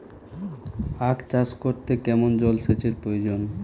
আখ চাষ করতে কেমন জলসেচের প্রয়োজন?